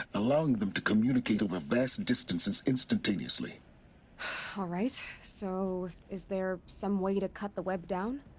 allowing them to communicate over vast distances instantaneously alright, so. is there. some way to cut the web down?